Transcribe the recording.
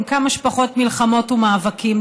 עם כמה שפחות מלחמות ומאבקים,